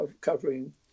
covering